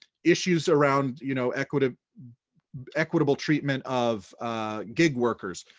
issues around you know equitable equitable treatment of gig workers.